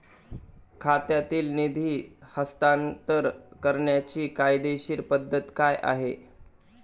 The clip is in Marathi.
खात्यातील निधी हस्तांतर करण्याची कायदेशीर पद्धत काय आहे?